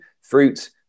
fruit